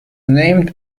named